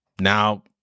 Now